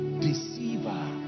deceiver